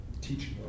teaching